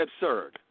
absurd